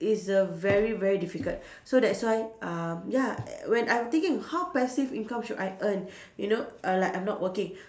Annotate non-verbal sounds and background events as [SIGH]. is a very very difficult so that's why um ya [NOISE] when I'm thinking how passive income should I earn you know err like I'm not working